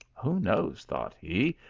who knows, thought he,